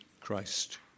Christ